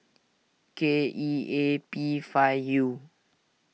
K E A P five U